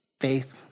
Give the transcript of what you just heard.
Faith